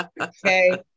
okay